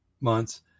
months